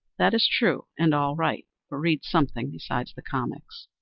that is true, and all right, but read something beside the comics.